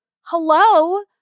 Hello